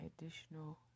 additional